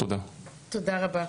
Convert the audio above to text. תודה רבה.